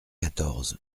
quatorze